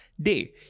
day